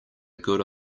good